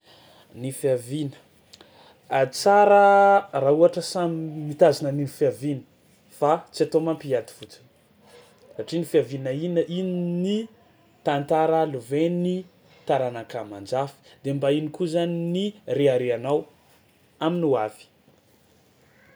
Ny fihaviana a tsara raha ohatra samy mitazona ny fihaviany fa tsy atao mampiady fotsiny satria ny fihaviana ina- iny ny tantara lovain'ny taranaka aman-jafy de mba iny koa zany ny reharehanao amin'ny ho avy.